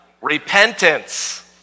Repentance